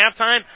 halftime